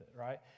right